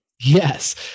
Yes